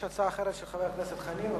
יש הצעה אחרת של חבר הכנסת חנין.